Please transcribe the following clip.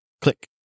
click